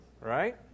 Right